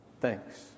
thanks